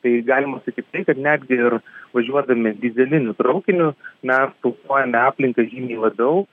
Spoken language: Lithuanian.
tai galima sakyt tai kad netgi ir važiuodami dyzeliniu traukiniu mes tausojame aplinką žymiai labiau